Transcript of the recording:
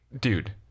Dude